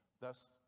thus